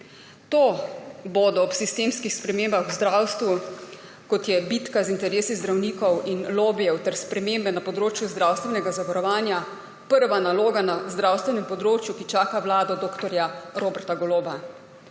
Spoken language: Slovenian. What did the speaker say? To bo ob sistemskih spremembah v zdravstvu, kot so bitka z interesi zdravnikov in lobijev ter spremembe na področju zdravstvenega zavarovanja, prva naloga na zdravstvenem področju, ki čaka vlado dr. Roberta Goloba.